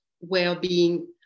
well-being